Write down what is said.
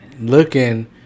Looking